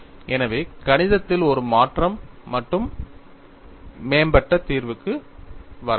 எனவே கணிதத்தில் ஒரு மாற்றம் மட்டும் மேம்பட்ட தீர்வுக்கு வரவில்லை